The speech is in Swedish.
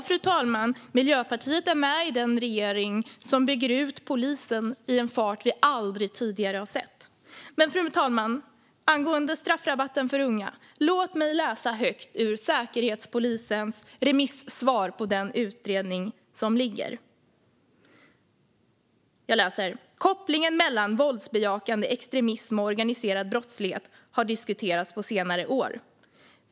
Fru talman! Miljöpartiet är med i den regering som bygger ut polisen i en fart vi aldrig tidigare har sett. Fru talman! Angående straffrabatten för unga, låt mig läsa högt ur Säkerhetspolisens remissvar på den utredning som gjorts: Kopplingen mellan våldsbejakande extremism och organiserad brottslighet har diskuterats på senare år.